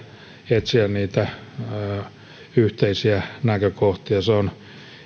etsiä yhteisiä näkökohtia se on